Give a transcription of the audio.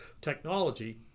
technology